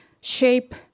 shape